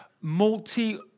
multi-